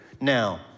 Now